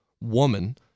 woman